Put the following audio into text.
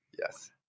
Yes